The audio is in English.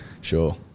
Sure